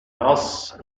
nos